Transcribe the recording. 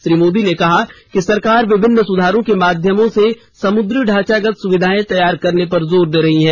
श्री मोदी ने कहा कि सरकार विभिन्न सुधारों के माध्यमों से समुद्री ढांचागत सुविधाएं तैयार करने पर जोर दे रही है